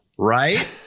Right